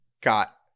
got